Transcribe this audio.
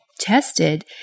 tested